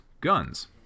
guns